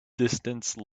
distance